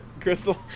Crystal